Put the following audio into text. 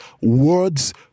words